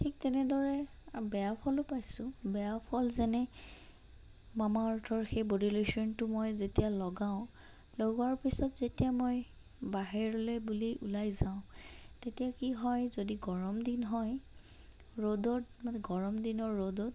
ঠিক তেনেদৰে বেয়া ফলো পাইছোঁ বেয়াও ফল যেনে মামা আৰ্থৰ সেই বডী লোচনটো মই যেতিয়া লগাওঁ লগোৱাৰ পিছত যেতিয়া মই বাহিৰলৈ বুলি ওলাই যাওঁ তেতিয়া কি হয় যদি গৰম দিন হয় ৰ'দত মানে গৰম দিনৰ ৰ'দত